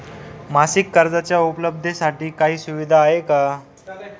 मासिक कर्जाच्या उपलब्धतेसाठी काही सुविधा आहे का?